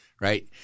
right